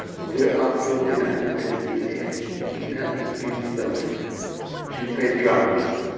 ah your dinner when nikki's here she can help you do some filming and she can play the drums.